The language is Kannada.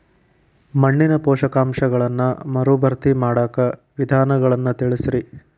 ಮಣ್ಣಿನ ಪೋಷಕಾಂಶಗಳನ್ನ ಮರುಭರ್ತಿ ಮಾಡಾಕ ವಿಧಾನಗಳನ್ನ ತಿಳಸ್ರಿ